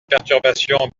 perturbation